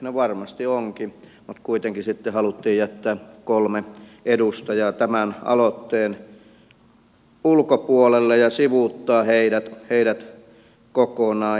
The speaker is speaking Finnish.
no varmasti onkin mutta kuitenkin sitten haluttiin jättää kolme edustajaa tämän aloitteen ulkopuolelle ja sivuuttaa heidät kokonaan